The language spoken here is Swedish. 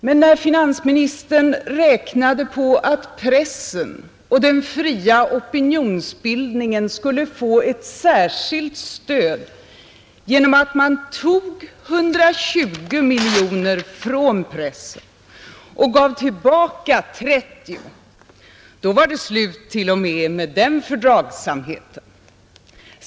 Men när finansministern räknade ut att pressen och den fria opinionsbildningen skulle få ett särskilt stöd genom att man tog 120 miljoner från pressen och gav tillbaka 30 miljoner, då var det slut t.o.m. på den fördragsamheten.